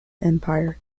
empire